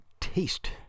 taste